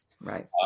Right